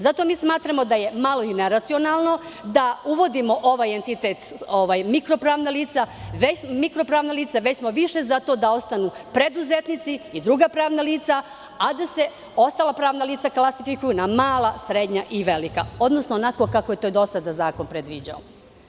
Zato mi smatramo da je malo i neracionalno da uvodimo ovaj entitet mikro pravna lica, već smo više zato da ostanu preduzetnici i druga pravna lica, a da se ostala pravna lica klasifikuju na mala, srednja i velika, odnosno onako kako je to do sada zakon predviđao.